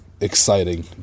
exciting